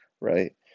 right